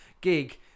gig